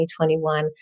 2021